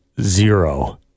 zero